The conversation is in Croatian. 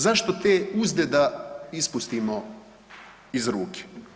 Zašto te uzde da ispustimo iz ruke?